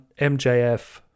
MJF